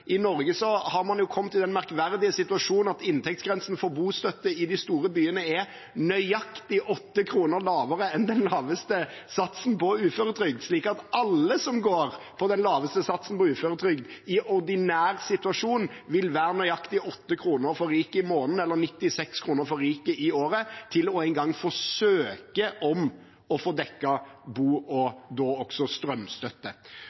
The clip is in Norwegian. i Norge har man kommet i den merkverdige situasjonen at inntektsgrensen for bostøtte i de store byene er nøyaktig 8 kr lavere enn den laveste satsen på uføretrygd, slik at alle som går på den laveste satsen for uføretrygd i en ordinær situasjon, vil være nøyaktig 8 kr for rike i måneden, eller 96 kr for rike i året, til engang å få søke om å få dekket bo-